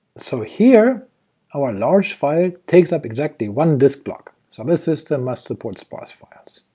so here our large file takes up exactly one disk block, so this system must support sparse files.